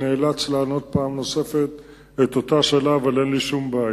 י"ד בניסן תשס"ט (8 באפריל 2009): אביו של חייל